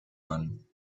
one